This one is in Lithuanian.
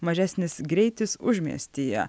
mažesnis greitis užmiestyje